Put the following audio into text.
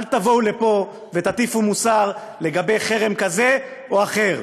אל תבואו לפה ותטיפו מוסר לגבי חרם כזה או אחר.